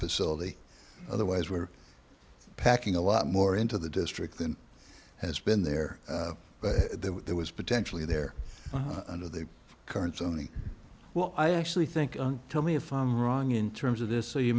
facility otherwise we're packing a lot more into the district than has been there but it was potentially there under the current zoning well i actually think tell me if i'm wrong in terms of this so you